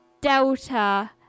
Delta